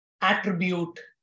attribute